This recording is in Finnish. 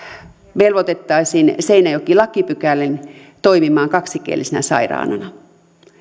velvoitettaisiin seinäjoki lakipykälin toimimaan kaksikielisenä sairaalana